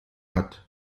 hat